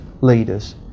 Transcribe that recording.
leaders